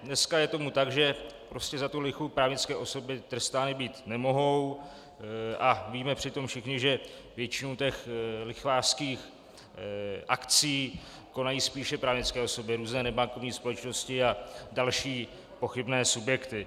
Dneska je tomu tak, že prostě za lichvu právnické osoby trestány být nemohou, a víme přitom všichni, že většinu lichvářských akcí konají spíše právnické osoby, různé nebankovní společnosti a další pochybné subjekty.